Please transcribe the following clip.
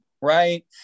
right